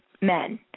men